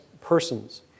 persons